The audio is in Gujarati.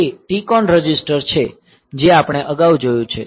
તે TCON રજિસ્ટર છે જે આપણે અગાઉ જોયું છે